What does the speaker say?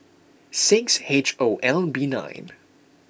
six H O L B nine